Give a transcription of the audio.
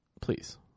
Please